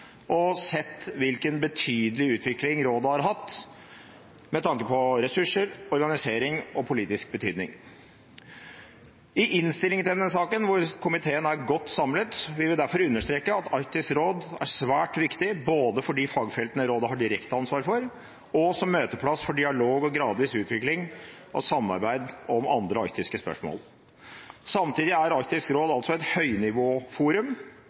og sett hvilken betydelig utvikling rådet har hatt med tanke på ressurser, organisering og politisk betydning. I innstillingen til denne saken, hvor komiteen er godt samlet, vil vi derfor understreke at Arktisk råd er svært viktig både for de fagfeltene rådet har direkte ansvar for, og som møteplass for dialog og gradvis utvikling av samarbeid om andre arktiske spørsmål. Samtidig er Arktisk råd altså et høynivåforum,